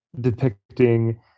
depicting